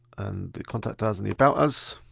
and the contact us and the about us,